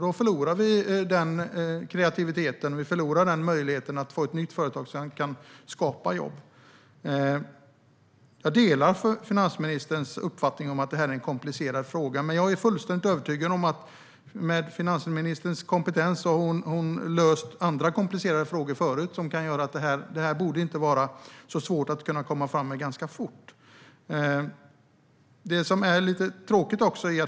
Då förlorar vi kreativiteten och möjligheten att ett nytt företag kan skapa jobb. Jag delar finansministerns uppfattning att det är en komplicerad fråga. Men jag är fullständigt övertygad om att med hjälp av finansministerns kompetens - hon har löst andra komplicerade frågor - borde det inte vara så svårt att komma framåt.